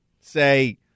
say